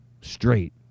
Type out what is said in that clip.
Straight